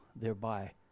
thereby